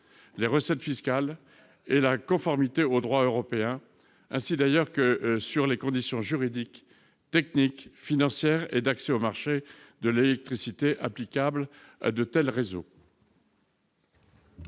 les recettes fiscales, la conformité au droit européen et les conditions juridiques, techniques, financières et d'accès au marché de l'électricité applicables à de tels réseaux.